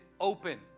open